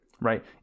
right